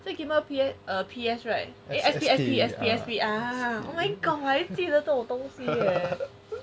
so game boy P_S eh S_P S_P S_P S_P S_P ah very 还记得这种东西 eh